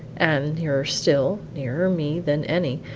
and nearer still, nearer me than any,